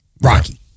Rocky